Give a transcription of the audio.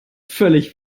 völlig